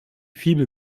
fibel